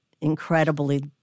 incredibly